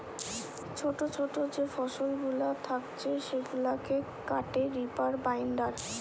ছোটো ছোটো যে ফসলগুলা থাকছে সেগুলাকে কাটে রিপার বাইন্ডার